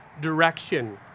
direction